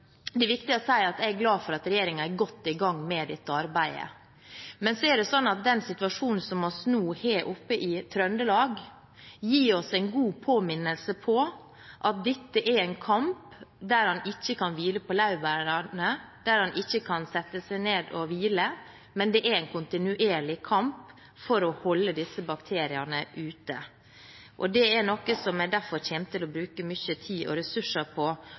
jeg er glad for at regjeringen er godt i gang med dette arbeidet. Men den situasjonen som vi nå har i Trøndelag, gir oss en god påminnelse om at dette er en kamp der en ikke kan hvile på laurbærene, der en ikke kan sette seg ned og hvile. Det er en kontinuerlig kamp for å holde disse bakteriene ute, og det er noe som jeg derfor kommer til å bruke mye tid og ressurser på